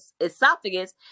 esophagus